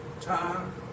time